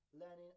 learning